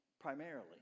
primarily